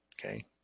okay